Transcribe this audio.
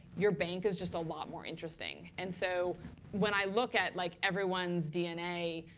your bank is just a lot more interesting. and so when i look at like everyone's dna,